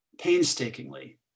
painstakingly